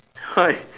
!oi!